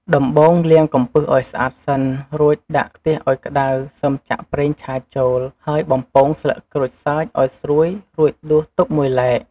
ដំបូងលាងកំពឹសឱ្យស្អាតសិន រួចដាក់ខ្ទះឱ្យក្តៅ សិមចាក់ប្រេងឆាចូល ហើយបំពងស្លឹកក្រូចសើចឱ្យស្រួយរួចដួសទុកមួយឡែក។